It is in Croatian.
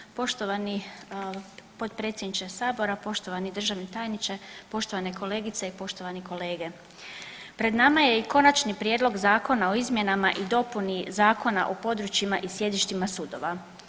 Aha, poštovani potpredsjedniče sabora, poštovani državni tajniče, poštovane kolegice i poštovani kolege pred nama je i Konačni prijedlog Zakona o izmjenama i dopuni Zakona o područjima i sjedištima sudova.